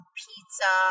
pizza